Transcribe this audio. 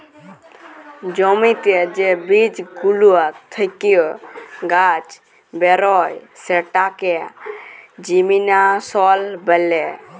জ্যমিতে যে বীজ গুলা থেক্যে গাছ বেরয় সেটাকে জেমিনাসল ব্যলে